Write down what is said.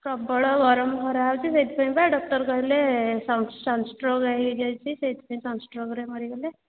ହଁ ପ୍ରବଳ ଗରମ ଖରା ହେଉଛି ସେଥିପାଇଁ ପା ଡକ୍ଟର କହିଲେ ସନ ସଂସ୍ଟ୍ରୋକ ହୋଇଯାଇଛି ସେଇଥିପାଇଁ ସଂସ୍ଟ୍ରୋକ ରେ ମରିଗଲେ